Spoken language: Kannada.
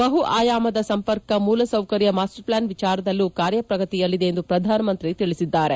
ಬಹು ಆಯಾಮದ ಸಂಪರ್ಕ ಮೂಲಸೌಕರ್ಯ ಮಾಸ್ಸರ್ ಪ್ಲಾನ್ ವಿಚಾರದಲ್ಲೂ ಕಾರ್ಯ ಪ್ರಗತಿಯಲ್ಲಿದೆ ಎಂದು ಪ್ರಧಾನಮಂತ್ರಿ ತಿಳಿಸಿದ್ದಾರೆ